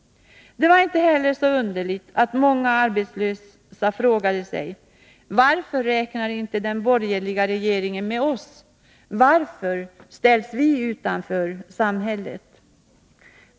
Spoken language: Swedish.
Det var inte heller så underligt att många arbetslösa frågade sig: Varför räknar inte den borgerliga regeringen med oss? Varför ställs vi utanför samhället?